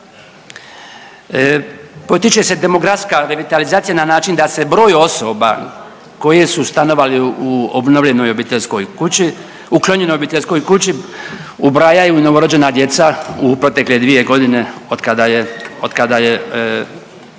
Potiče se demokratska revitalizacija na način da se broj osoba koji su stanovali u obnovljenoj obiteljskoj kući uklonjenoj obiteljskoj kući ubrajaju novorođena djeca u protekle dvije godine od kada je